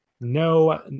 No